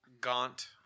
gaunt